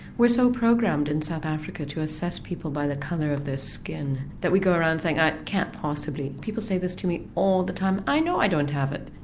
we're so programmed in south africa to assess people by the colour of their skin that we go around saying i can't possibly people say this to me all the time, i know i don't have it,